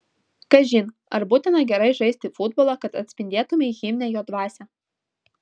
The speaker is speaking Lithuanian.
kažin ar būtina gerai žaisti futbolą kad atspindėtumei himne jo dvasią